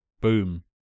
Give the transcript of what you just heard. Boom